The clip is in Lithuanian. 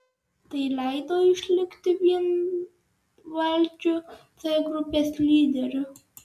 tai leido išlikti vienvaldžiu c grupės lyderiu